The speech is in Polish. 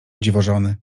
dziwożony